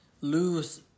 lose